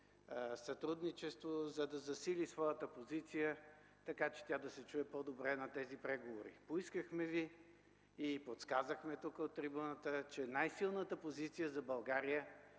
за да засили своята позиция, така че тя да се чуе по-добре на тези преговори. Поискахме и Ви подсказахме тук, от трибуната, че най-силната позиция за България